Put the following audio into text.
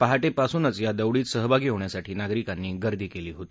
पहाटेपासूनच या दौडीत सहभागी होण्यासाठी नागरिकांनी गर्दी केली होती